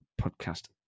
podcast